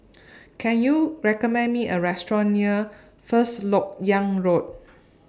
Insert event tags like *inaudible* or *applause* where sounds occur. *noise* Can YOU recommend Me A Restaurant near First Lok Yang Road *noise*